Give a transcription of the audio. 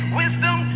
wisdom